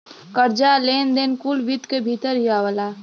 कर्जा, लेन देन कुल वित्त क भीतर ही आवला